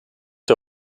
der